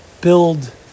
build